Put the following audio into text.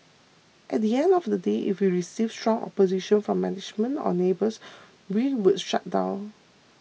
at the end of the day if we received strong opposition from management or neighbours we would shut down